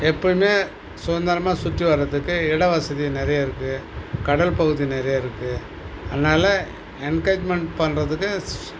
எப்பயுமே சுதந்திரமா சுற்றி வர்றதுக்கு இடவசதி நிறையா இருக்குது கடல் பகுதி நிறையா இருக்குது அதனால் என்கேஜ்மெண்ட் பண்ணுறதுக்கு